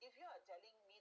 if you are telling me